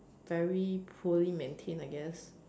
very poorly maintain I guess